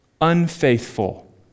unfaithful